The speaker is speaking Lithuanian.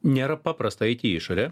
nėra paprasta eiti į išorę